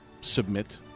submit